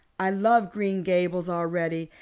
i love green gables already,